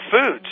foods